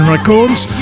Records